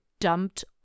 dumped